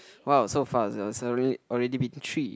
!wow! so fast it's alre~ already been three